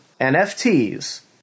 NFTs